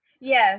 Yes